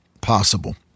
possible